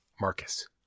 Marcus